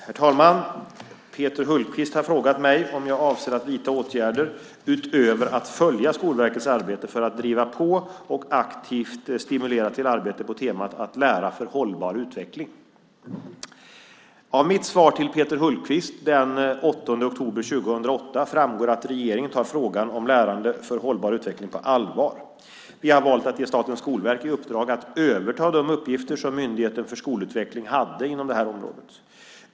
Herr talman! Peter Hultqvist har frågat mig om jag avser att vidta åtgärder, utöver att följa Skolverkets arbete, för att driva på och aktivt stimulera till arbete på temat "Att lära för hållbar utveckling". Av mitt svar till Peter Hultqvist den 8 oktober 2008 framgår att regeringen tar frågan om lärande för hållbar utveckling på allvar. Vi har valt att ge Statens skolverk i uppdrag att överta de uppgifter som Myndigheten för skolutveckling hade inom området.